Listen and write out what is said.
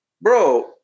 Bro